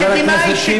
חבר הכנסת טיבי.